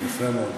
יפה מאוד.